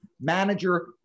manager